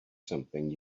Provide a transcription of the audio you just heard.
something